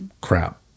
crap